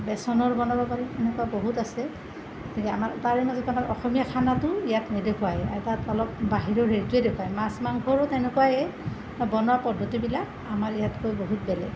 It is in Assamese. বেচনৰ বনাব পাৰি সেনেকুৱা বহুত আছে তাৰে মাজত আমাৰ অসমীয়া খানাটো ইয়াত নেদেখুৱাই তাৰে তলত বাহিৰৰ সেইটোৱেই দেখুৱাই মাছ মাংসৰো তেনেকুৱাই বনোৱা পদ্ধতিবিলাক আমাৰ ইয়াতকৈ বহুত বেলেগ